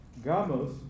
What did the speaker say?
gamos